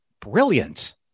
brilliant